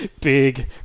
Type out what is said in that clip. big